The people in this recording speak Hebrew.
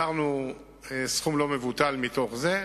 החזרנו סכום לא מבוטל מזה,